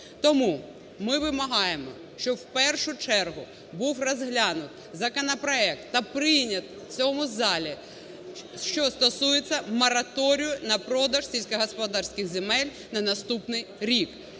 Тому ми вимагаємо, щоб у першу чергу був розглянутий законопроект та прийнятий у цьому залі, що стосується мораторію на продаж сільськогосподарських земель на наступний рік